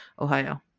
Ohio